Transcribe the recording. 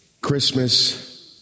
Christmas